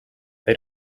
they